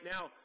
now